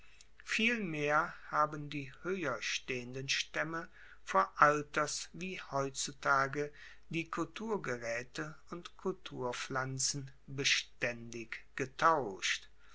vielmehr haben die hoeher stehenden staemme vor alters wie heutzutage die kulturgeraete und kulturpflanzen bestaendig getauscht